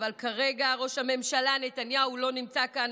אבל כרגע ראש הממשלה נתניהו לא נמצא כאן.